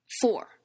Four